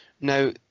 Now